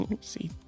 see